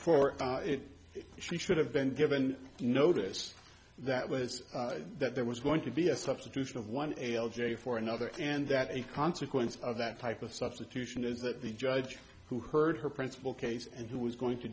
for it she should have been given notice that was that there was going to be a substitution of one l j for another and that a consequence of that type of substitution is that the judge who heard her principal case and who was going to